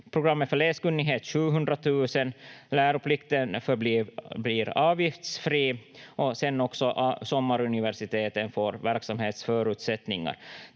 programmet för läskunnighet 700 000. Läroplikten förblir avgiftsfri och också sommaruniversiteten får verksamhetsförutsättningar.